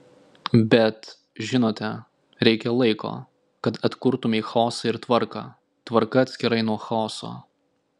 bet žinote reikia laiko kad atkurtumei chaosą ir tvarką tvarka atskirai nuo chaoso